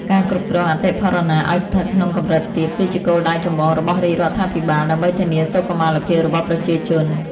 ការគ្រប់គ្រងអតិផរណាឱ្យស្ថិតក្នុងកម្រិតទាប គឺជាគោលដៅចម្បងរបស់រាជរដ្ឋាភិបាល ដើម្បីធានាសុខុមាលភាពរបស់ប្រជាជន។